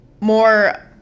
more